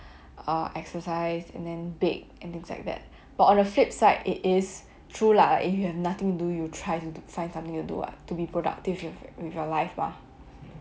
err exercise and then bake and things like that but on the flip side it is true lah if you have nothing do you try to find something to do what to be productive with your life lah